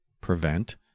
prevent